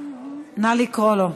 נא לקרוא לו.